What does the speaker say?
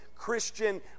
Christian